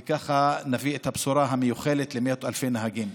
וככה נביא את הבשורה המיוחלת למאות אלפי נהגים.